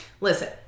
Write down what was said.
listen